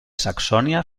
saxònia